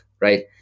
right